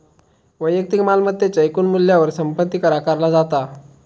वैयक्तिक मालमत्तेच्या एकूण मूल्यावर संपत्ती कर आकारला जाता